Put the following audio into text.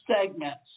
segments